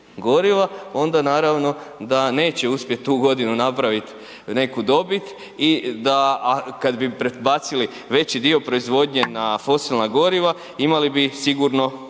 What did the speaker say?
onda naravno da neće uspjeti tu godinu napraviti neku dobit a kada bi prebacili veći dio proizvodnje na fosilna goriva imali bi sigurno